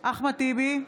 אחמד טיבי,